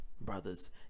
brothers